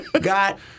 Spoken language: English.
got